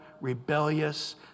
rebellious